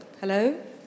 hello